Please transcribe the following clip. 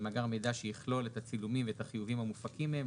מאגר המידע שיכלול את הצילומים ואת החיובים המופקים מהם,